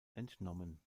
entnommen